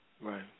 Right